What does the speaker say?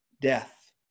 death